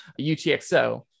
UTXO